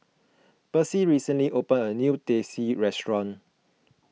Percy recently opened a new Teh C restaurant